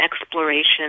exploration